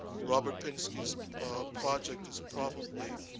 robert pinsky's project is probably,